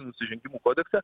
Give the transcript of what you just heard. nusižengimų kodekse